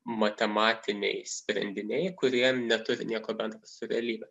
matematiniai sprendiniai kurie neturi nieko bendro su realybe